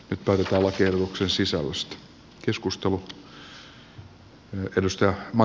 nyt päätetään lakiehdotuksen sisällöstä